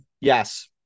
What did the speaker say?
Yes